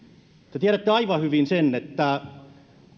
te tiedätte aivan hyvin sen että